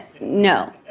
no